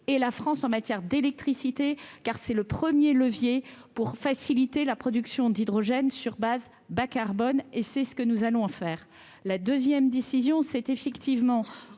et la France en matière d'électricité car c'est le 1er levier pour faciliter la production d'hydrogène sur base bas-carbone et c'est ce que nous allons en faire la 2ème décision, c'est effectivement